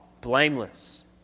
blameless